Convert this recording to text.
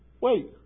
wait